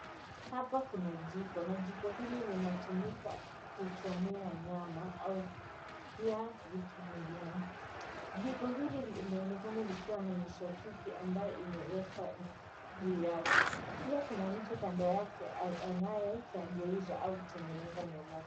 Hapa kuna jiko na jiko hili kinatumika kuchomea nyama au pia vitu vingine. Jiko hili linaonekana likiwa na mishakiki ambayo imewekwa juu yake, pia kuna mtu kando yake anayegeuza au kutengeneza nyama hii.